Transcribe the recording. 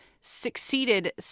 succeeded